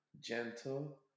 gentle